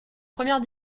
première